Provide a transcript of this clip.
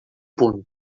punts